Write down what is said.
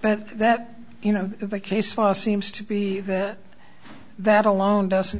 but that you know of a case file seems to be that that alone doesn't